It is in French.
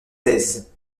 thèse